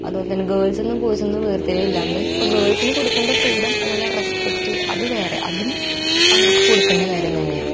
അതുപോലെ തന്നെ ഗേൾസെന്നും ബോയ്സെന്നും വേർതിരിവ് ഇല്ലാതെ ഇപ്പം ഗേൾസിന് കൊടുക്കേണ്ട ഫ്രീഡം അതുപോലെ റെസ്പെറ്റ് അത് വേറെ അതും അവർക്ക് കൊടുക്കേണ്ട കാര്യം തന്നെയാണ്